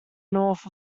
north